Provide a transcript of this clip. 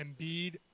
Embiid